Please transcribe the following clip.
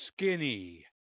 Skinny